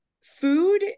food